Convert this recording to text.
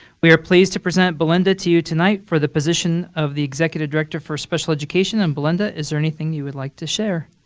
we are pleased to present belinda to you tonight for the position of the executive director for special education. and belinda, is there anything you would like to share?